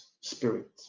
spirit